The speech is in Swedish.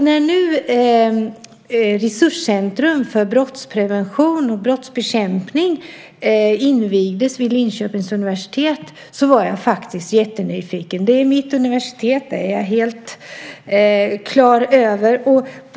När nu Resurscentrum för brottsprevention och brottsbekämpning invigdes vid Linköpings universitet var jag faktiskt jättenyfiken. Det är mitt universitet; det är jag helt klar över.